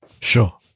Sure